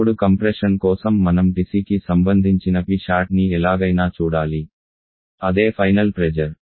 ఇప్పుడు కంప్రెషన్ కోసం మనం TCకి సంబంధించిన Psatని ఎలాగైనా చూడాలి అదే ఫైనల్ ప్రెజర్